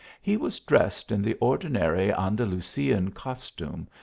he was dressed in the ordinary an dalusian costume,